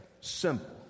Simple